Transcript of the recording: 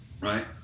right